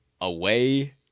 Away